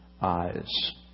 eyes